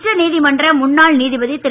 உச்ச நீதிமன்ற முன்னாள் நீதிபதி திரு